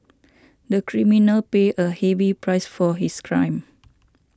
the criminal paid a heavy price for his crime